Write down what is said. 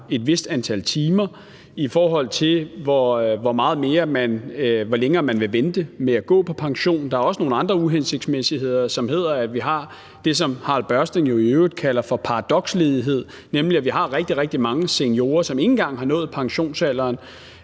et vist antal timer, og hvor længe man vil vente med at gå på pension. Der er også nogle andre uhensigtsmæssigheder, som er, at vi har det, som Harald Børsting jo i øvrigt kalder for paradoksledighed, nemlig at vi har rigtig, rigtig mange seniorer, som ikke engang har nået pensionsalderen,